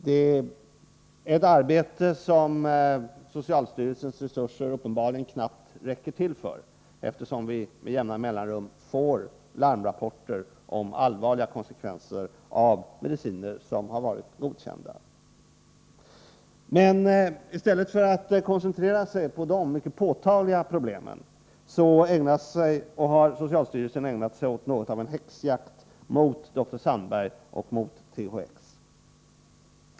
Det är ett arbete som socialstyrelsens resurser uppenbarligen knappt räcker till för, eftersom vi med jämna mellanrum får larmrapporter om allvarliga konsekvenser av mediciner som har varit godkända. Men istället för att koncentrera sig på dessa mycket påtagliga problem har socialstyrelsen ägnat sig och ägnar sig fortfarande åt något av en häxjakt mot dr Sandberg och mot THX.